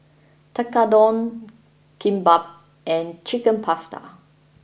Tekkadon Kimbap and Chicken Pasta